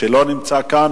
שלא נמצא כאן.